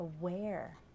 aware